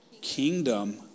kingdom